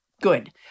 good